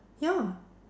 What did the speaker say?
ya